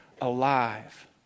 alive